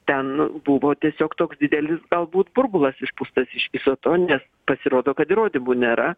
ten buvo tiesiog toks didelis galbūt burbulas išpūstas iš viso to nes pasirodo kad įrodymų nėra